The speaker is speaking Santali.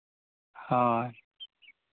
ᱦᱳᱭ